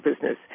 business